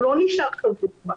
הוא לא נשאר קבוע.